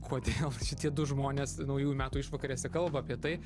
kodėl šitie du žmonės naujųjų metų išvakarėse kalba apie tai